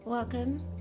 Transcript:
Welcome